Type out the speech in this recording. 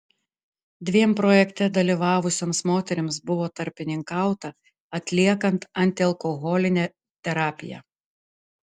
dviem projekte dalyvavusioms moterims buvo tarpininkauta atliekant antialkoholinę terapiją